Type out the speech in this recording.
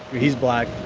he's black.